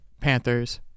Panthers